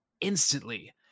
instantly